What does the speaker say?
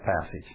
passage